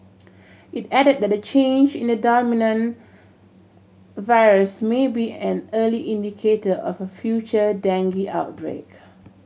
it added that the change in the dominant virus may be an early indicator of a future dengue outbreak